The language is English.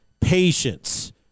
patience